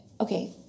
Okay